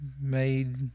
made